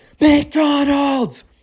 McDonald's